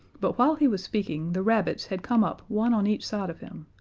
but while he was speaking the rabbits had come up one on each side of him,